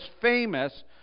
famous